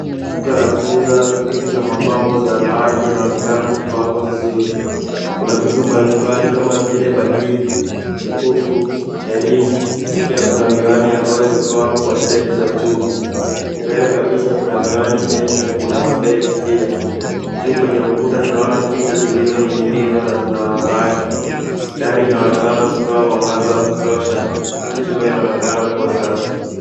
Duka la kuuza vitu za mapambo za wanawake inaonekana kupangwa vizuri. Kuna vitu mbalimbali kama vile bangili, mikufu, herini na pia kuna miwani ambayo imepangwa kwa stendi za chuma. Mbele kabisa kuna miwani mengi na kuna mabegi pia. Juu kwenye ukuta tunaona picha zilizoninginizwa na zina wanawake. Dari inaonekana kutoa mwangaza wa kutosha na chumba inaonekana kuwa safi.